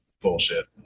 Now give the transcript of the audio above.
Bullshit